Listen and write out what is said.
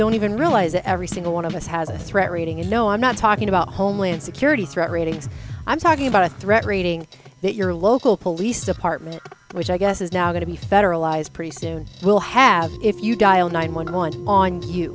don't even realize that every single one of us has a threat rating and no i'm not talking about homeland security threat ratings i'm talking about a threat rating that your local police department which i guess is now going to be federalized pretty soon we'll have if you dial nine one one on you